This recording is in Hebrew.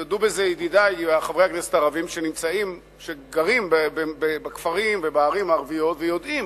יודו בזה ידידי חברי הכנסת הערבים שגרים בכפרים ובערים ערביים ויודעים,